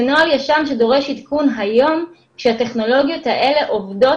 זה נוהל ישן שדורש עדכון היום כשהטכנולוגיות האלה עובדות,